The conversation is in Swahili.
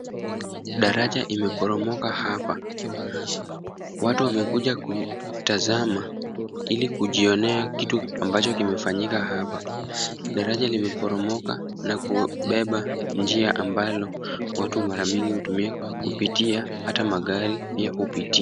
Daraja imeporomoka hapa. Watu wamekuja kutazama ili kujionea kitu ambacho kimefanyika hapa. Daraja limeporomoka na kubeba njia ambalo watu mara mingi hutumia hata magari pia hupitia.